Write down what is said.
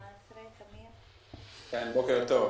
בוקר טוב.